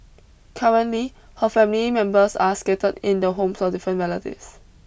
currently her family members are scattered in the homes of different relatives